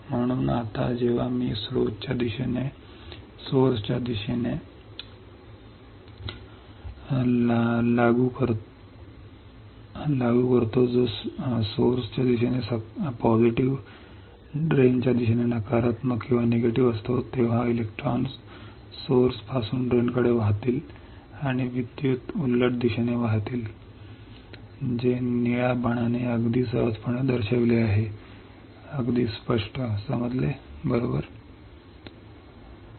म्हणून आता जेव्हा मी स्त्रोताच्या दिशेने स्त्रोत लागू करतो जो स्त्रोताच्या दिशेने सकारात्मक ड्रेन च्या दिशेने नकारात्मक असतो तेव्हा इलेक्ट्रॉन स्त्रोतापासून निचराकडे वाहतील आणि विद्युत उलट दिशेने वाहतील जे निळ्या बाणाने अगदी सहजपणे दर्शविले आहे अगदी स्पष्ट बरोबर समजले